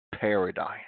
paradise